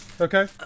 Okay